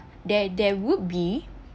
there there would be